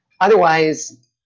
Otherwise